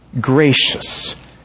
gracious